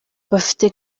bafite